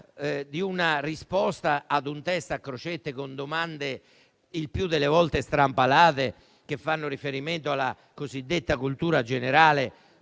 di una risposta ad un *test* a crocette, con domande il più delle volte strampalate, che fanno riferimento alla cosiddetta cultura generale